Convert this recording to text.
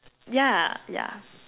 yeah yeah